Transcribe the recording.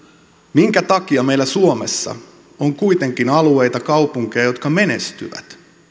minkä takia meillä suomessa on kuitenkin alueita kaupunkeja jotka menestyvät